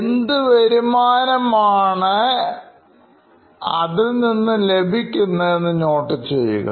എന്തു വരുമാനമാണ് അതിൽ നിന്ന് ലഭിക്കുന്നത് എന്ന് നോട്ട് ചെയ്യുക